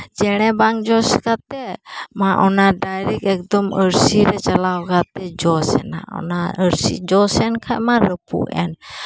ᱪᱮᱬᱮ ᱵᱟᱝ ᱡᱚᱥ ᱠᱟᱛᱮᱫ ᱢᱟ ᱚᱱᱟ ᱰᱟᱭᱨᱮᱠᱴ ᱮᱠᱫᱚᱢ ᱟᱹᱨᱥᱤ ᱨᱮ ᱪᱟᱞᱟᱣ ᱠᱟᱛᱮᱫ ᱡᱚᱥ ᱮᱱᱟ ᱚᱱᱟ ᱟᱹᱨᱥᱤ ᱚᱱᱟ ᱡᱚᱥ ᱮᱱ ᱠᱷᱟᱱ ᱢᱟ ᱨᱟᱹᱯᱩᱫ ᱮᱱ